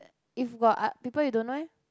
if got ~ people you don't know eh